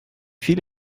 viel